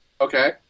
Okay